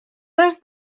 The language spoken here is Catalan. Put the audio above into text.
has